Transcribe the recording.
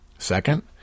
Second